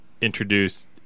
introduced